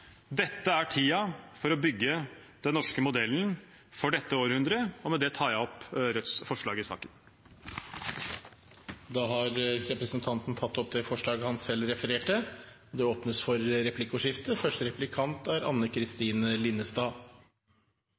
Dette er tiden for å bygge den norske modellen for det neste århundret. Med det tar jeg opp Rødts forslag i saken. Representanten Bjørnar Moxnes har tatt opp de forslagene han viste til. Det blir replikkordskifte. Representanten Moxnes snakker ofte om solidaritet. For meg er